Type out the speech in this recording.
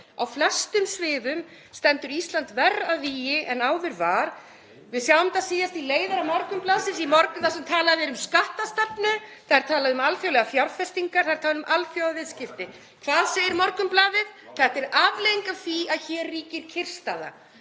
Á flestum sviðum stendur Ísland verr að vígi en áður var. Við sjáum það síðast í leiðara Morgunblaðsins í morgun þar sem talað er um skattastefnu. Það er talað um alþjóðlegar fjárfestingar, það er talað um alþjóðaviðskipti. Hvað segir Morgunblaðið? Þetta er afleiðing af því að hér ríkir kyrrstaða.